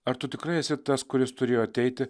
ar tu tikrai esi tas kuris turėjo ateiti